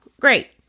Great